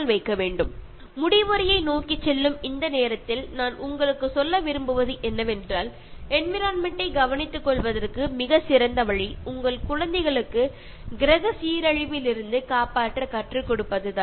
അവസാന ഘട്ടത്തിലേക്ക് കടക്കുമ്പോൾ എനിക്ക് നിങ്ങളോട് പറയാനുള്ളത് നമ്മുടെ കുട്ടികളെ ഭൂമിയെ നശിപ്പിക്കാതിരിക്കാൻ പഠിപ്പിക്കാനുള്ള ഏറ്റവും നല്ല മാർഗ്ഗം എന്ന് പറയുന്നത് നമ്മൾ പ്രകൃതിയോട് ഇണങ്ങി ജീവിച്ചു കാണിക്കുക എന്നതാണ്